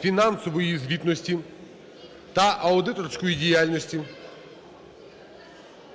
фінансової звітності та аудиторську діяльність.